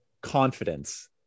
confidence